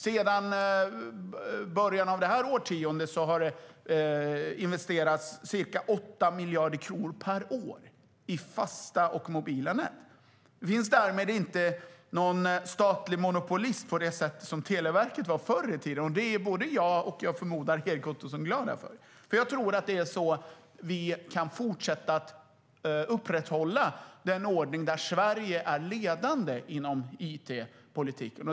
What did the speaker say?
Sedan början av det här årtiondet har det investerats ca 8 miljarder kronor per år i fasta och mobila nät. Det finns därmed inte någon statlig monopolist på det sätt som Televerket var förr i tiden, och det är både jag och, förmodar jag, Erik Ottoson glada för. Jag tror att det är så vi kan fortsätta att upprätthålla den ordning där Sverige är ledande inom it-politiken.